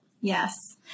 Yes